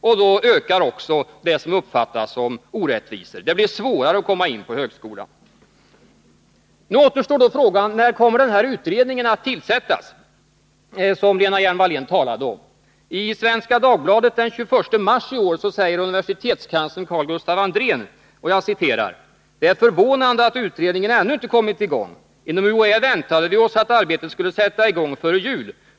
Då förstärks de förhållanden som uppfattas som orättvisa. Det blir svårare att komma in på högskolan. Nu återstår frågan när den utredning som Lena Hjelm-Wallén talade om kommer att tillsättas. I Svenska Dagbladet den 21 mars i år sade universitetskanslern Carl-Gustaf Andrén: ”Det är förvånande att utredningen ännu inte kommit igång. Inom UHÄ väntade vi oss att arbetet skulle sätta igång före jul.